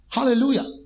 Hallelujah